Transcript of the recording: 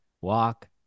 walk